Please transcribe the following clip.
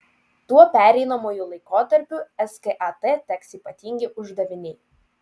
tuo pereinamuoju laikotarpiu skat teks ypatingi uždaviniai